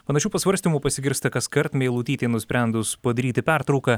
panašių pasvarstymų pasigirsta kaskart meilutytei nusprendus padaryti pertrauką